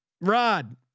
Rod